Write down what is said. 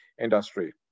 industry